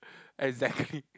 exactly